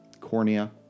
cornea